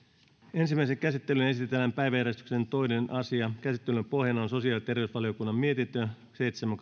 ensimmäiseen käsittelyyn esitellään päiväjärjestyksen toinen asia käsittelyn pohjana on sosiaali ja terveysvaliokunnan mietintö seitsemän